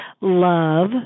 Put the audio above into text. love